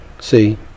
See